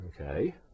Okay